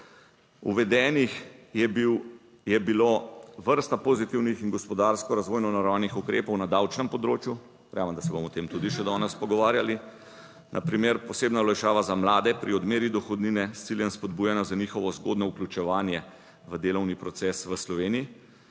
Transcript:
je bil, je bilo, vrsta pozitivnih in gospodarsko razvojno naravnanih ukrepov na davčnem področju, - verjamem, da se bomo o tem tudi še danes pogovarjali, - na primer posebna olajšava za mlade pri odmeri dohodnine s ciljem spodbujanja za njihovo zgodnje vključevanje v delovni proces v Sloveniji